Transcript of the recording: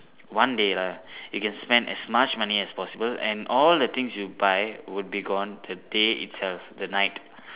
one day lah you can spend as much money as possible and all the things you buy would be gone the day itself the night